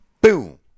Boom